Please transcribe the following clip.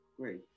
Great